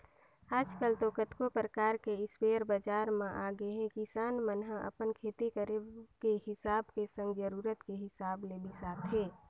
आजकल तो कतको परकार के इस्पेयर बजार म आगेहे किसान मन ह अपन खेती करे के हिसाब के संग जरुरत के हिसाब ले बिसाथे